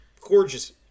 gorgeous